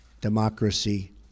democracy